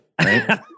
right